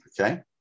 Okay